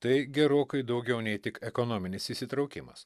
tai gerokai daugiau nei tik ekonominis įsitraukimas